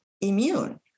immune